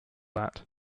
that